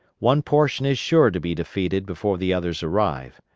one portion is sure to be defeated before the others arrive.